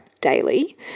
daily